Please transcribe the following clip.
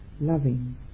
Loving